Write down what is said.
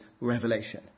revelation